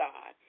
God